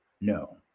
no